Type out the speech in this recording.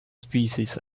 species